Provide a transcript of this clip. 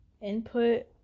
input